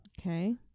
Okay